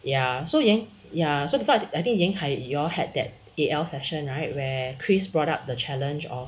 ya so yan ya so I think yan kai you all had that A_L session right where chris brought up the challenge of